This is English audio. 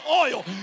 oil